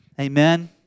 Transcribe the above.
Amen